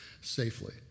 safely